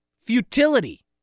futility